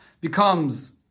becomes